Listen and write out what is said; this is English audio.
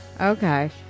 okay